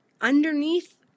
underneath